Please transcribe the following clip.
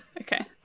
okay